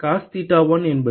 cos தீட்டா1 என்பது